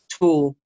tool